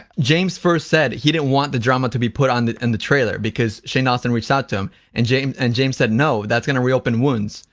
james first said he didn't want the drama to be put on in and the trailer because shane dawson reached out to um and james and james said, no, that's gonna reopen wounds.